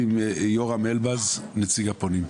אנחנו נתחיל עם יורם אלבז, נציג הפונים.